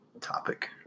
topic